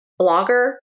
Blogger